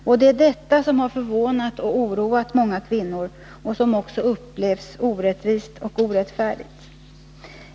Och det är detta som har förvånat och oroat många kvinnor och som upplevs som orättvist och orättfärdigt.